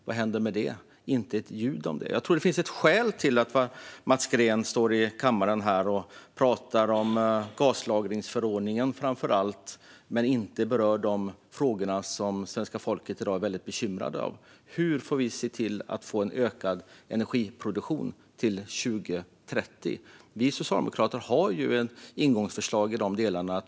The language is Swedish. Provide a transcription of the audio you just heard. Vad hände med det? Det är inte ett ljud om det. Jag tror att det finns ett skäl till att Mats Green står i kammaren och framför allt pratar om gaslagringsförordningen men inte berör de frågor som svenska folket i dag är väldigt bekymrat över. Hur får vi en ökad energiproduktion till 2030? Vi socialdemokrater har ett ingångsförslag i de delarna.